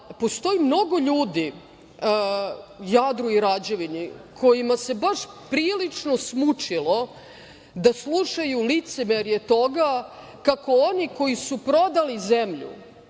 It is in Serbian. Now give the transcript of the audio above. postoji mnogo ljudi u Jadru i Rađevini kojima se baš prilično smučilo da slušaju licemerje toga kako oni koji su prodali zemlju